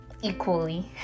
equally